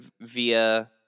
via